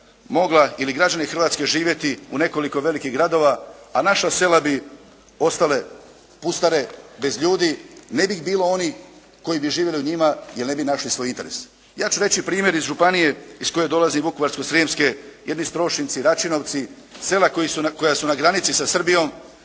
mogla ili građani Hrvatske živjeti u nekoliko velikih gradova, a naša sela bi postale pustare bez ljudi. Ne bi bilo onih koji bi živjeli u njima, jer ne bi našli svoj interes. Ja ću reći primjer iz županije iz koje dolazim Vukovarsko-srijemske, jedni Strošinci, Račinovci, sela koja su na granici sa Srbijom,